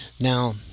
Now